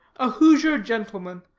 a hoosier gentleman,